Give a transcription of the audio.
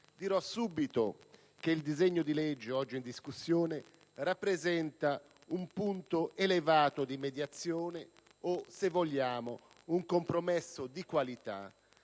dirò subito che il disegno di legge oggi in discussione rappresenta un punto elevato di mediazione o, se vogliamo, un compromesso di qualità